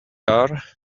are